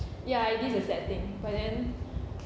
ya it is a sad thing but then